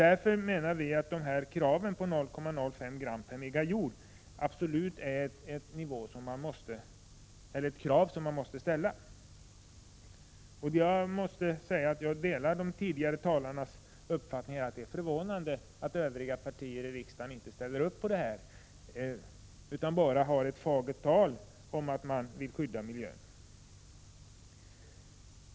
Därför menar vi att gränsvärdet 0,05 g/MJ är ett krav man måste ställa. Jag delar de tidigare talarnas uppfattning att det är förvånande att övriga partier i riksdagen inte ställer upp på detta krav utan bara ägnar sig åt fagert tal om att de vill skydda miljön.